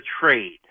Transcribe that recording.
trade